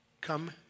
come